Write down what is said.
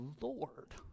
lord